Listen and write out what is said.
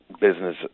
business